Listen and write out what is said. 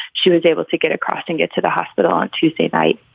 she was able to get across and get to the hospital on tuesday night